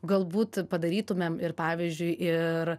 galbūt padarytumėm ir pavyzdžiui ir